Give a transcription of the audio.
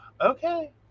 okay